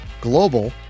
global